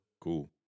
Cool